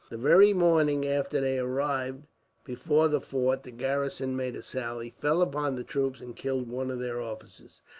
the very morning after they arrived before the fort, the garrison made a sally, fell upon the troops, and killed one of their officers.